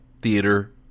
theater